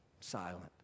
silent